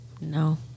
No